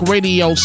Radio